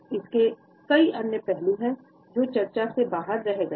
इसके कई अन्य पहलू हैं जो चर्चा से बाहर रह गए हैं